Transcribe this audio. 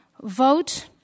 Vote